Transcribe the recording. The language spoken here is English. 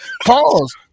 Pause